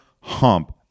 hump